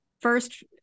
first